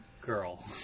girl